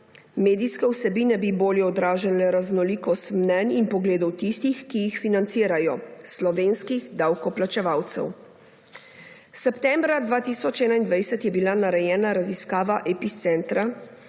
Medijske vsebine bi bolje odražale raznolikost mnenj in pogledov tistih, ki jih financirajo slovenskih davkoplačevalcev. Septembra 2021 je bila narejena raziskava Episcentra,